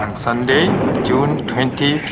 sunday june twenty